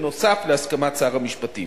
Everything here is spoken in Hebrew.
נוסף על הסכמת שר המשפטים.